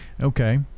Okay